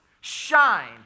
shine